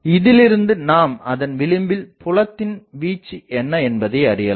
இதிலிருந்து நாம் அதன் விளிம்பில் புலத்தின் வீச்சுஎன்ன என்பதை அறியலாம்